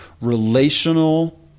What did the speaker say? relational